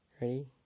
Ready